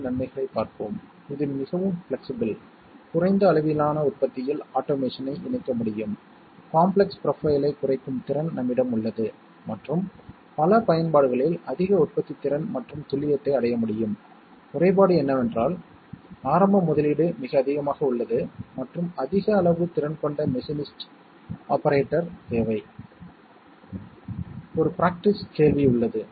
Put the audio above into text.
எனவே அவைகள் B B அதாவது B OR B' C OR C' 1 அதனால் அவைகள் இறுதியில் A AND C OR A AND B ஐக் கொண்டுள்ளனர் இது A AND B OR C எனவே இந்த எளிய சர்க்யூட் உள்ளது A ANDED with B OR C இந்த எளிய சர்க்யூட் ஒரு அரைக்கும் இயந்திரத்திற்கான குளிரூட்டியின் ஓட்டத்தை வெற்றிகரமாக கட்டுப்படுத்தும்